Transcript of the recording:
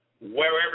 wherever